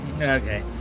Okay